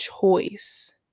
choice